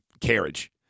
carriage